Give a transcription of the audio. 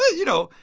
you know.